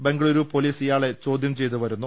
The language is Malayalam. ബംഗളുരു പൊലീസ് ഇയാളെ ചോദൃം ചെയ്തുവ രുന്നു